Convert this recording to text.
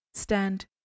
stand